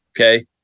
okay